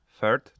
third